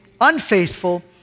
unfaithful